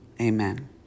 Amen